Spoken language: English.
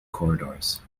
corridors